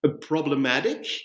problematic